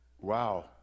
wow